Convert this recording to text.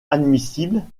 admissible